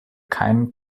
keinen